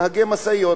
נהגי משאיות,